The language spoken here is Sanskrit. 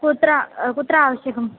कुत्र कुत्र आवश्यकम्